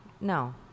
No